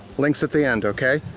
links at the end, okay?